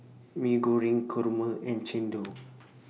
Mee Goreng Kurma and Chendol